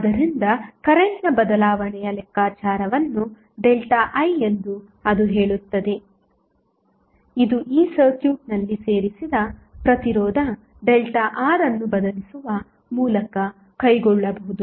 ಆದ್ದರಿಂದಕರೆಂಟ್ನ ಬದಲಾವಣೆಯ ಲೆಕ್ಕಾಚಾರವನ್ನು ΔI ಎಂದು ಅದು ಹೇಳುತ್ತದೆ ಇದು ಈ ಸರ್ಕ್ಯೂಟ್ ನಲ್ಲಿ ಸೇರಿಸಿದ ಪ್ರತಿರೋಧΔR ಅನ್ನು ಬದಲಿಸುವ ಮೂಲಕ ಕೈಗೊಳ್ಳಬಹುದು